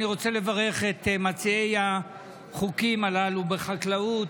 אני רוצה לברך את מציעי החוקים הללו בחקלאות,